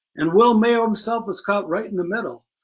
and will mayo himself was caught right in the middle.